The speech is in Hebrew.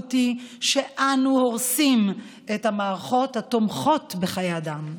המשמעות היא שאנו הורסים את המערכות התומכות בחיי אדם.